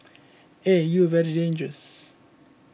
eh you are very dangerous